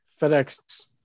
FedEx